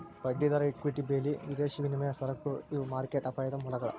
ಬಡ್ಡಿದರ ಇಕ್ವಿಟಿ ಬೆಲಿ ವಿದೇಶಿ ವಿನಿಮಯ ಸರಕು ಇವು ಮಾರ್ಕೆಟ್ ಅಪಾಯದ ಮೂಲಗಳ